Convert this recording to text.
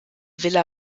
villa